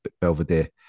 Belvedere